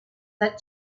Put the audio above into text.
that